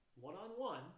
one-on-one